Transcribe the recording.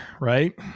right